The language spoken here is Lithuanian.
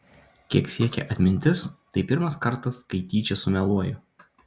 kiek siekia atmintis tai pirmas kartas kai tyčia sumeluoju